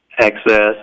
access